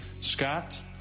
Scott